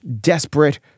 desperate